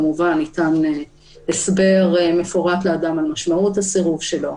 כמובן ניתן לאדם הסבר מפורט על משמעות הסירוב שלו.